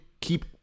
keep